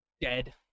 dead